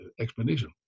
explanation